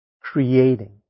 Creating